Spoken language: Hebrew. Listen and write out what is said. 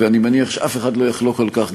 ואני מניח שאף אחד לא יחלוק על כך,